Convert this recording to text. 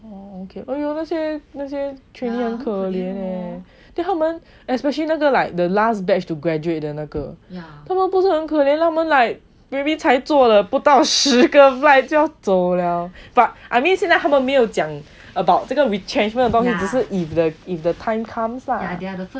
oh okay !aiyo! 那些那些 trainee 很可怜 leh then 他们 especially 那个 like the last batch to graduate 的那个他们不是很可怜他们 like maybe 才坐了不到十个半就要走 liao but I mean 现在他们没有讲 about 这个 retrenchment 的东西只是 if if the time comes lah